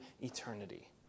eternity